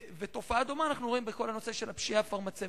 תופעה דומה אנחנו רואים בכל הנושא של הפשיעה הפרמצבטית.